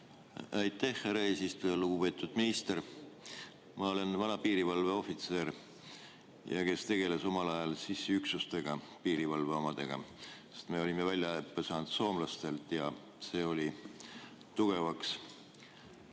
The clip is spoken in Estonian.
Aitäh, härra eesistuja! Lugupeetud minister! Ma olen vana piirivalveohvitser, kes tegeles omal ajal üksustega, piirivalve omadega. Me saime väljaõppe soomlastelt ja see oli tugevaks